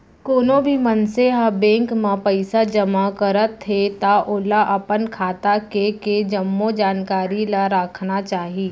कोनो भी मनसे ह बेंक म पइसा जमा करत हे त ओला अपन खाता के के जम्मो जानकारी ल राखना चाही